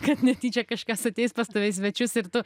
kad netyčia kažkas ateis pas tave į svečius ir tu